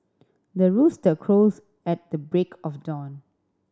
the rooster crows at the break of dawn